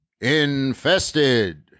Infested